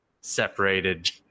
separated